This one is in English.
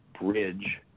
bridge